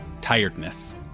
tiredness